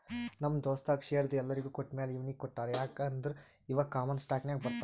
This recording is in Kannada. ನಮ್ ದೋಸ್ತಗ್ ಶೇರ್ದು ಎಲ್ಲೊರಿಗ್ ಕೊಟ್ಟಮ್ಯಾಲ ಇವ್ನಿಗ್ ಕೊಟ್ಟಾರ್ ಯಾಕ್ ಅಂದುರ್ ಇವಾ ಕಾಮನ್ ಸ್ಟಾಕ್ನಾಗ್ ಬರ್ತಾನ್